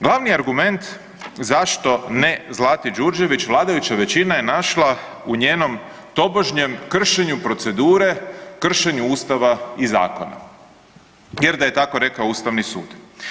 Glavni argument zašto ne Zlati Đurđević vladajuća većina je našla u njenom tobožnjem kršenju procedure, kršenju Ustava i zakona jer da je tako rekao Ustavni sud.